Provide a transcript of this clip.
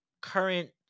current